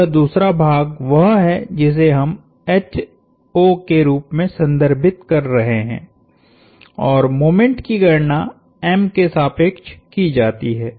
तो यह दूसरा भाग वह है जिसे हम के रूप में संदर्भित कर रहे हैं और मोमेंट की गणना m के सापेक्ष की जाती है